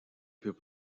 plus